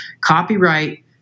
Copyright